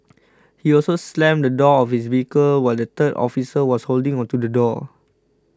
he also slammed the door of his vehicle while the third officer was holding onto the door